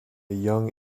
young